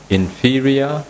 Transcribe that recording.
inferior